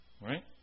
Right